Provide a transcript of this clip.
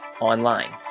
Online